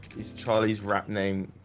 is charlie's rap name.